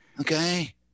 Okay